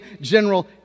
general